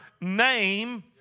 name